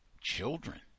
children